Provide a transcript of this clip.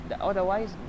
otherwise